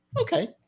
okay